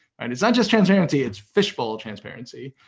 and it's not just transparency, it's fishbowl transparency.